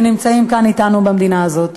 שנמצאים כאן אתנו במדינה הזאת.